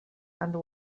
and